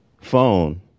phone